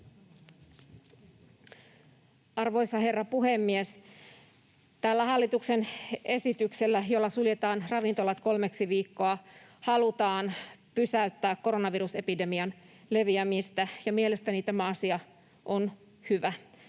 Arvoisa herra puhemies! Tällä hallituksen esityksellä, jolla suljetaan ravintolat kolmeksi viikoksi, halutaan pysäyttää koronavirusepidemian leviäminen, ja mielestäni tämä asia on hyvä.